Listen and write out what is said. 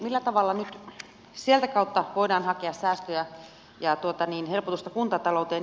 millä tavalla nyt sieltä kautta voidaan hakea säästöjä ja helpotusta kuntatalouteen